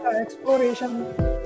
exploration